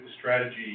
strategy